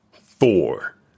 four